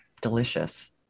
delicious